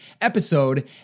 episode